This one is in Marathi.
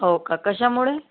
हो का कशामुळे